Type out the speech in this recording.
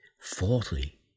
Fourthly